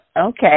okay